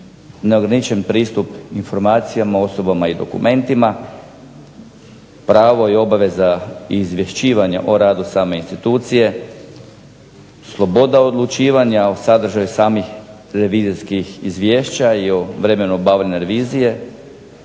neograničen pristup informacijama, osobama i dokumentima, pravo i obveza izvješćivanja o radu same institucije, sloboda odlučivanja o sadržaju samih revizijskih izvješća i o vremenu obavljanja revizije.